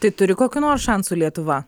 tai turi kokių nors šansų lietuva